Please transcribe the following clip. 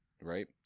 right